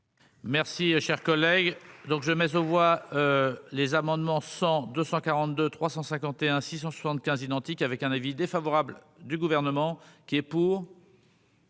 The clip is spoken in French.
Merci, cher collègue, donc je mais on voit. Les amendements 100 242 351 675 identique avec un avis défavorable du gouvernement qui est pour.